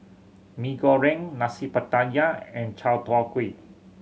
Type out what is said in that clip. Mee Goreng Nasi Pattaya and chai tow kway